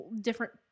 different